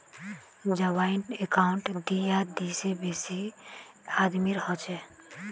joint account दी या दी से बेसी आदमीर हछेक